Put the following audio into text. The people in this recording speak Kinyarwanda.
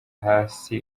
hasi